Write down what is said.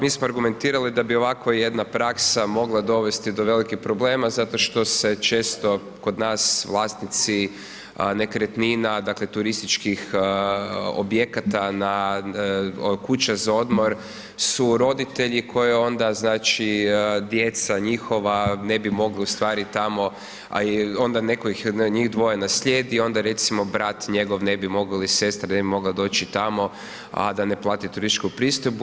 Mi smo argumentirali da bi ovakva jedna praksa mogla dovesti do velikih problema zato što se često kod nas vlasnici nekretnina, dakle, turističkih objekata na, kuće za odmor su roditelji koje onda, znači, djeca njihova ne bi mogli u stvari tamo, a i onda netko od njih dvoje naslijedi i onda recimo brat njegov ne bi mogao ili sestra ne bi mogla doći tamo, a da ne plati turističku pristojbu.